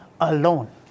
alone